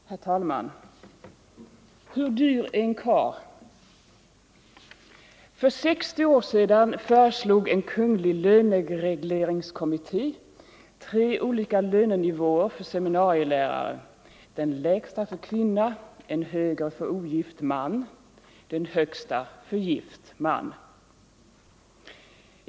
Herr talman! Hur dyr är en karl? För 60 år sedan föreslog en kungl. löneregleringskommitté tre olika lönenivåer för seminarielärare — den lägsta för kvinna, en högre för ogift man, den högsta för gift man.